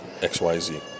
XYZ